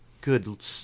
good